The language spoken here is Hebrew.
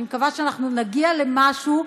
אני מקווה שנגיע למשהו,